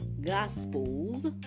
gospels